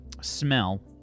smell